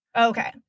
Okay